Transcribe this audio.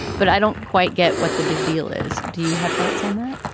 but i don't quite get what the big deal is. do you have thoughts on that?